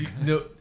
no